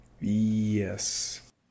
Yes